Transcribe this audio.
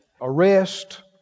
arrest